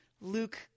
luke